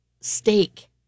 steak